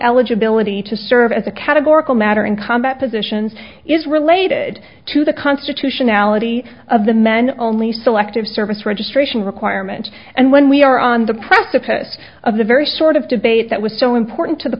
eligibility to serve as a categorical matter in combat positions is related to the constitutionality of the men only selective service registration requirement and when we are on the precipice of the very sort of debate that was so important to the